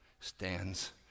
stands